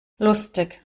lustig